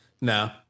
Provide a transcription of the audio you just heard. No